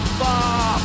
far